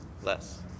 Less